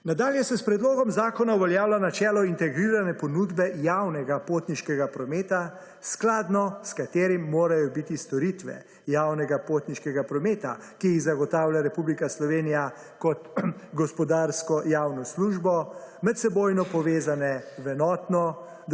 Nadalje se s predlogom zakona uveljavlja načelo integrirane ponudbe javnega potniškega prometa skladno s katerim morajo biti storitve javnega potniškega prometa, ki jih zagotavlja 71. TRAK: (ŠZ) – 14.50 (nadaljevanje) Republika Slovenija, kot gospodarsko javno službo, medsebojno povezane v enotno,